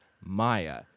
Maya